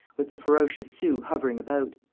with the ferocious sioux hovering about.